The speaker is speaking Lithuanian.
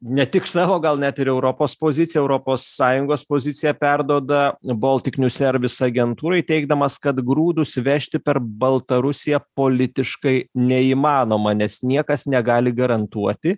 ne tik savo gal net ir europos poziciją europos sąjungos poziciją perduoda baltic njuz servis agentūrai teigdamas kad grūdus vežti per baltarusiją politiškai neįmanoma nes niekas negali garantuoti